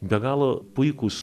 be galo puikūs